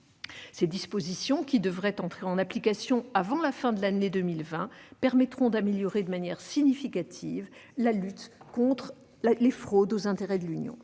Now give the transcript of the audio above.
Ces dispositions, qui devraient entrer en application avant la fin de l'année 2020, permettront d'améliorer de manière significative la lutte contre les fraudes aux intérêts de l'Union.